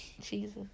Jesus